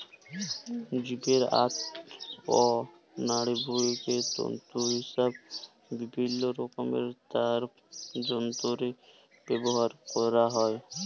জীবের আঁত অ লাড়িভুঁড়িকে তল্তু হিসাবে বিভিল্ল্য রকমের তার যল্তরে ব্যাভার ক্যরা হ্যয়